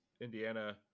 Indiana